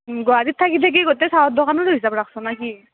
গুৱাহাটীত থাকি থাকি গোটেই চাহৰ দোকানৰো হিচাপ ৰাখছ' নাকি